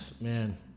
man